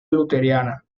luterana